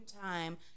time